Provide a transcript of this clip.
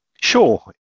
Sure